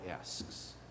asks